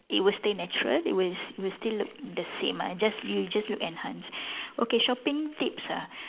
it would stay natural it would s~ it would still look the same ah just you'll just look enhanced okay shopping tips ah